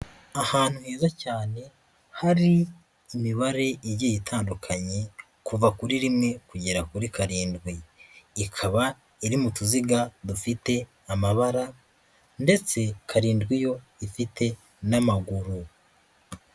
Ahantu heza cyane hari imibare igiye itandukanye kuva kuri rimwe kugera kuri karindwi, ikaba iri mu tuziga dufite amabara ndetse karindwi yo ifite n'amaguru.